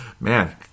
man